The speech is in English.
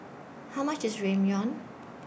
How much IS Ramyeon